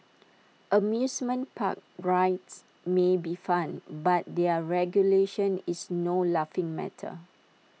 amusement park rides may be fun but their regulation is no laughing matter